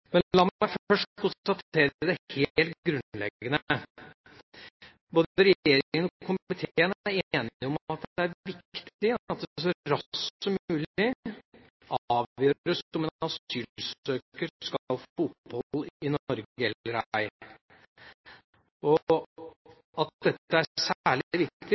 Men la meg først konstatere det helt grunnleggende: Både regjeringa og komiteen er enige om at det er viktig at det så raskt som mulig avgjøres om en asylsøker skal få opphold i Norge eller ei, og at dette er særlig viktig